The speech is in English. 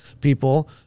people